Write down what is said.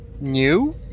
new